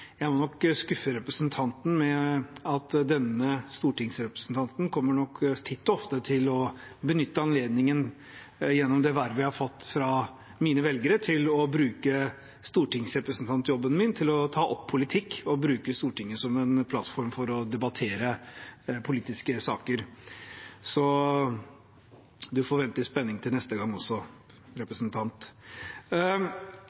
jeg må nok skuffe representanten med at denne stortingsrepresentanten – gjennom det vervet jeg har fått fra mine velgere – nok titt og ofte vil benytte anledningen til å bruke stortingsrepresentantjobben min til å ta opp politikk og bruke Stortinget som en plattform for å debattere politiske saker. Så representanten får vente i spenning til neste gang.